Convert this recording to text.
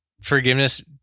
forgiveness